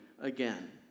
again